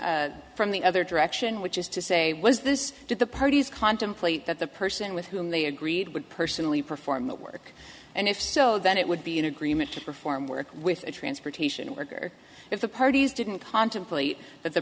question from the other direction which is to say was this did the parties contemplate that the person with whom they agreed would personally perform the work and if so then it would be an agreement to perform work with a transportation order if the parties didn't contemplate but the